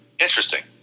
interesting